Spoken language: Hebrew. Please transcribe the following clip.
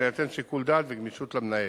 אלא יינתן שיקול דעת וגמישות למנהל.